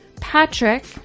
Patrick